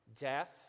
death